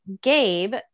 Gabe